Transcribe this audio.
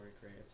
Graves